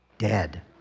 Dead